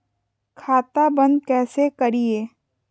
खाता बंद कैसे करिए?